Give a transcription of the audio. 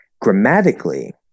grammatically